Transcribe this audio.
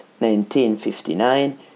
1959